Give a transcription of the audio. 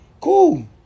Cool